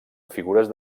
figures